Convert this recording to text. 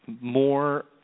more